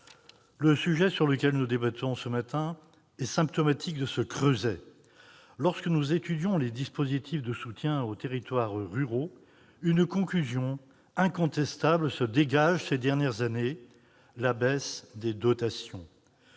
Le sujet sur lequel nous débattons ce matin est symptomatique de ce fossé. À étudier les dispositifs de soutien aux territoires ruraux, une conclusion incontestable se dégage, ces dernières années : la baisse des dotations.